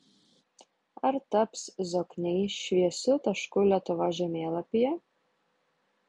ar taps zokniai šviesiu tašku lietuvos žemėlapyje